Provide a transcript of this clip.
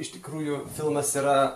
iš tikrųjų filmas yra